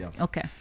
Okay